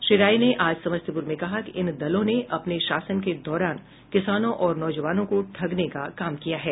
श्री राय ने आज समस्तीपुर में कहा कि इन दलों ने अपने शासन के दौरान किसानों और नौजवानों को ठगने का काम किया है